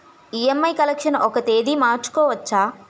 EMI collection ఒక తేదీ మార్చుకోవచ్చా?